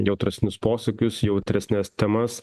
jautresnius posūkius jautresnes temas